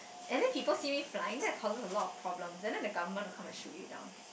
and then people see me flying that causes a lot of problems and then the government will come and shoot you down